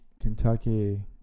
Kentucky